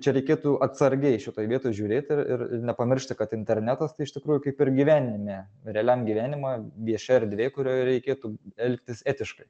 čia reikėtų atsargiai šitoj vietoj žiūrėt ir ir nepamiršti kad internetas tai iš tikrųjų kaip ir gyvenime realiam gyvenime viešia erdvė kurioje reikėtų elgtis etiškai